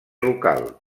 local